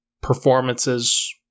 performances